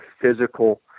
physical